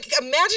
Imagine